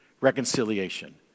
reconciliation